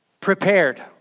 prepared